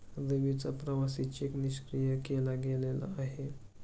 रवीचा प्रवासी चेक निष्क्रिय केला गेलेला आहे